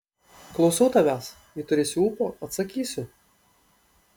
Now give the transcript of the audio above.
klausau tavęs jei turėsiu ūpo atsakysiu